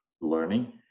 learning